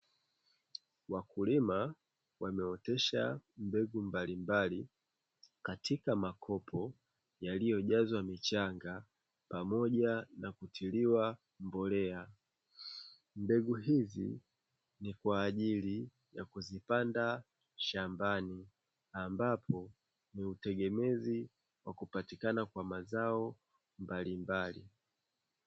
Wakulima wanaotesha mbegu mbalimbali, katika makopo yaliyojazwa mchanga, pamoja na kutiliwa mbolea. Mbegu hizi ni kwa ajili ya kuzipanda shambani ambapo ni utegemezi wa kupatikana kwa mazao mbalimbali.